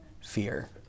fear